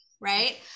right